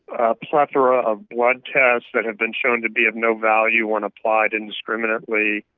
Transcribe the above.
a plethora of blood tests that have been shown to be of no value when applied indiscriminately,